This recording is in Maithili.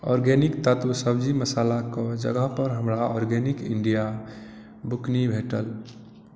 आर्गेनिक तत्त्व सब्जी मसाला क जगह पर हमरा आर्गेनिक इंडिया बुकनी भेटल